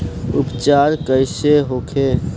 उपचार कईसे होखे?